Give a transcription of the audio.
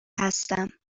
هستم